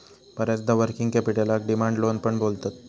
बऱ्याचदा वर्किंग कॅपिटलका demand loan पण बोलतत